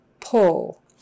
pull